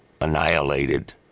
Annihilated